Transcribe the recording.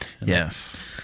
Yes